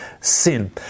sin